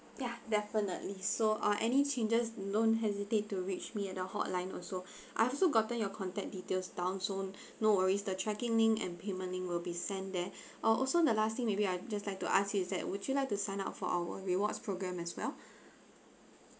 ya definitely so uh any changes don't hesitate to reach me at the hotline also I've also gotten your contact details down so no worries the tracking link and payment link will be sent there ah also the last thing maybe I just like to ask you is that would you like to sign up for our rewards programme as well